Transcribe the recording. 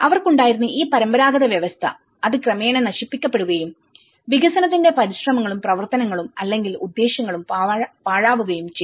അവർക്കുണ്ടായിരുന്ന ഈ പരമ്പരാഗത വ്യവസ്ഥഅത് ക്രമേണ നശിപ്പിക്കപ്പെടുകയും വികസനത്തിന്റെ പരിശ്രമങ്ങളും പ്രവർത്തനങ്ങളും അല്ലെങ്കിൽ ഉദ്ദേശ്യങ്ങളും പാഴാവുകയും ചെയ്തു